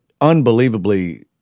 unbelievably